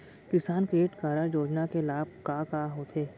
किसान credit card योजना के लाभ का का होथे?